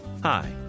Hi